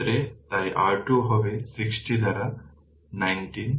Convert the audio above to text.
সুতরাং সুতরাং এই ক্ষেত্রে তাই R2 হবে 60 দ্বারা 19 Ω